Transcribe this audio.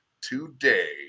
today